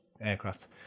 aircraft